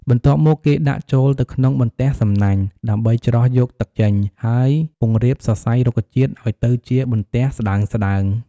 បន្ទាប់មកគេដាក់ចូលទៅក្នុងបន្ទះសំណាញ់ ដើម្បីច្រោះយកទឹកចេញ ហើយពង្រាបសរសៃរុក្ខជាតិឱ្យទៅជាបន្ទះស្ដើងៗ។